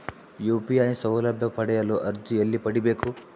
UPI ಸೌಲಭ್ಯ ಪಡೆಯಲು ಅರ್ಜಿ ಎಲ್ಲಿ ಪಡಿಬೇಕು?